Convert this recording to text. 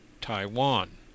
Taiwan